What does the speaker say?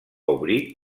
obrir